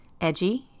edgy